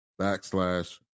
backslash